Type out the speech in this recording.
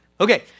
Okay